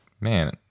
Man